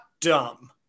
dumb